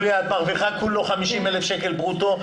יוליה, את מרוויחה סך הכול 50,000 שקל ברוטו.